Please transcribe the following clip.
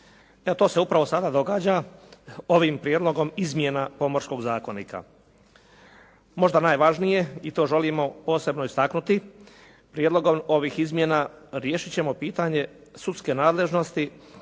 To se upravo sada događa ovim prijedlogom izmjena Pomorskog zakonika. Možda najvažnije i to želim posebno istaknuti, prijedlogom ovih izmjena riješiti ćemo pitanje sudske nadležnosti